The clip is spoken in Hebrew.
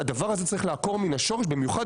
את הדבר הזה צריך לעקור מן השורש במיוחד